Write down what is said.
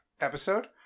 episode